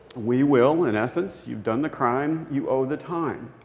we will in essence, you've done the crime. you owe the time.